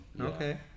Okay